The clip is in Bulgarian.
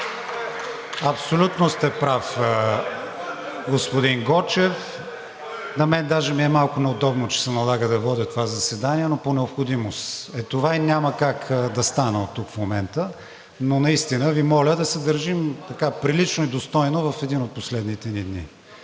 Абсолютно сте прав, господин Гочев. На мен даже ми е малко неудобно, че се налага да водя това заседание, но е по необходимост и няма как да стана оттук в момента. Наистина Ви моля да се държим прилично и достойно в един от последните ни дни.